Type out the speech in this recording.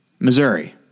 Missouri